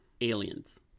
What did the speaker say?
Aliens